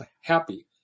happy